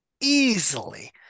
easily